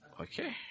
Okay